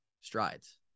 strides